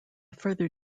further